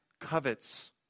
covets